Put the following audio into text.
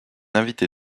invité